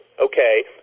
okay